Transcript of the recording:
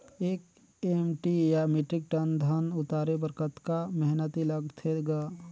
एक एम.टी या metric tonne धन उतारे बर कतका मेहनती लगथे ग?